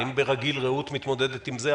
אם ברגיל "רעות" מתמודדת עם זה.